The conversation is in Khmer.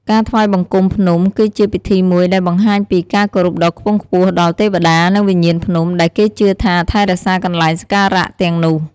ការថ្វាយបង្គំភ្នំ គឺជា ពិធីមួយ ដែលបង្ហាញពី ការគោរពដ៏ខ្ពង់ខ្ពស់ ដល់ ទេវតា និង វិញ្ញាណភ្នំ ដែលគេជឿថា ថែរក្សាកន្លែងសក្ការៈ ទាំងនោះ។